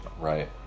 right